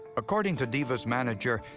according to divas' manager,